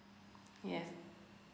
yes